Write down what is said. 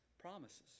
promises